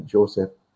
Joseph